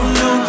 no